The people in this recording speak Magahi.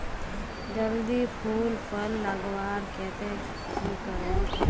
जल्दी फूल फल लगवार केते की करूम?